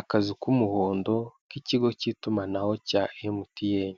Akazu k'umuhondo, k'ikigo cy'itumanaho cya MTN,